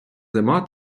зима